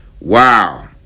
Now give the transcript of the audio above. Wow